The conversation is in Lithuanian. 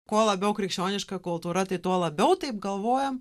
kuo labiau krikščioniška kultūra tai tuo labiau taip galvojam